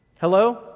Hello